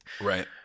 Right